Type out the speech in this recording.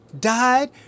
died